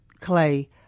Clay